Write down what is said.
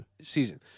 season